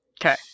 Okay